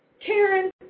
Karen